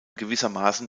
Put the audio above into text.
gewissermaßen